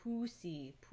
Pussy